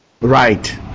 Right